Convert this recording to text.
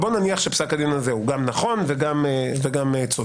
שפסק הדין הוא גם נכון וגם צודק.